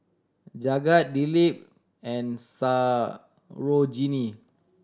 Jagat Dilip and Sarojini